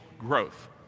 growth